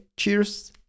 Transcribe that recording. cheers